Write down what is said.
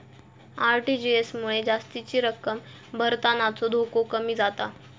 RTGS मुळे जास्तीची रक्कम भरतानाचो धोको कमी जाता